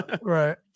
right